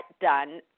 done